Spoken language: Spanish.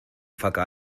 faca